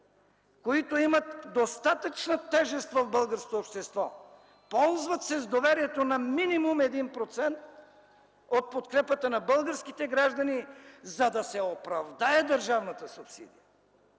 които имат достатъчна тежест в българското общество, ползват се с доверието на минимум 1% от подкрепата на българските граждани, за да се оправдае държавната субсидия.”